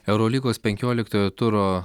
eurolygos penkioliktojo turo